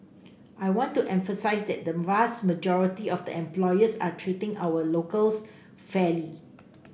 I want to emphasise that the vast majority of the employers are treating our locals fairly